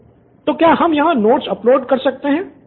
student 5 तो हम यहाँ नोट्स अपलोड करते हैं